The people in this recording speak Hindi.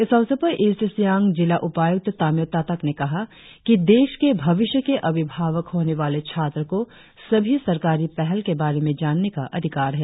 इस अवसर पर ईस्ट सियांग जिला उपायुक्त तामियों तातक ने कहा कि देश के भविष्य के अभिभावक होने वाले छात्र को सभी सरकारी पहल के बारे में जानने का अधिकार है